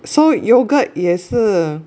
so yogurt 也是